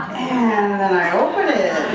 and then i open it.